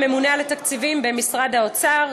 הממונה על התקציבים במשרד האוצר,